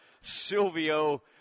Silvio